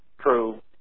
true